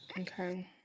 Okay